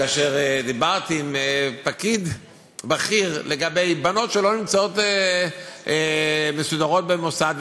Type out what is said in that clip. כאשר דיברתי עם פקיד בכיר לגבי בנות שלא מסודרות במוסד,